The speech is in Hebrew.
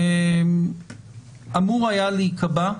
אמור היה להיקבע,